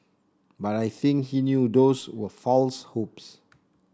but I think he knew those were false hopes